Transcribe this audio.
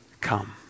come